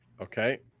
Okay